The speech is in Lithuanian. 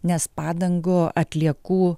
nes padangų atliekų